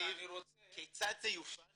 כיצד זה יופעל